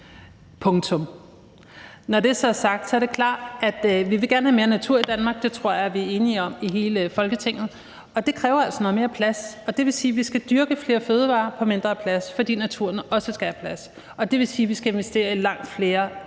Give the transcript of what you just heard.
Når det så er sagt, er det klart, at vi gerne vil have mere natur i Danmark. Det tror jeg vi er enige om i hele Folketinget, og det kræver altså noget mere plads, og det vil sige, at vi skal dyrke flere fødevarer på mindre plads, fordi naturen også skal have plads. Og det vil sige, at vi skal investere i langt flere